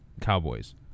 Cowboys